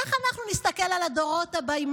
איך אנחנו נסתכל על הדורות הבאים?